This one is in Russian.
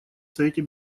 совете